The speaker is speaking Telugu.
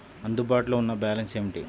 అందుబాటులో ఉన్న బ్యాలన్స్ ఏమిటీ?